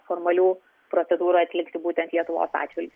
formalių procedūrų atlikti būtent lietuvos atžvilgiu